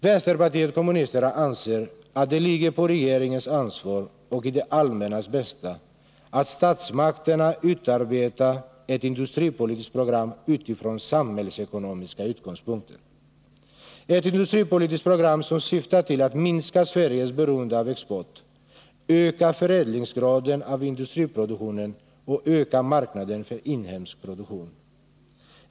Vänsterpartiet kommunisterna anser att det ligger på regeringens ansvar och i det allmännas bästa att statsmakterna utarbetar ett industripolitiskt program utifrån samhällsekonomiska utgångspunkter, ett industripolitiskt program som syftar till att minska Sveriges beroende av export, öka förädlingsgraden av industriproduktionen och öka marknaden för inhemsk produktion.